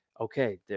okay